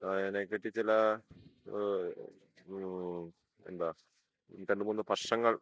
അതിനെ പറ്റി ചില എന്താണ് രണ്ട് മൂന്ന് പ്രശ്നങ്ങൾ